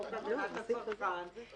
בחוק הגנת הצרכן,